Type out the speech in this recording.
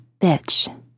bitch